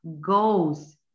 goes